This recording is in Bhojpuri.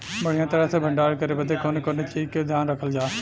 बढ़ियां तरह से भण्डारण करे बदे कवने कवने चीज़ को ध्यान रखल जा?